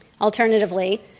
Alternatively